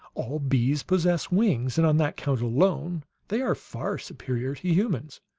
all bees possess wings and on that count alone they are far superior to humans.